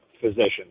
physicians